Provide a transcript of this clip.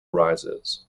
rises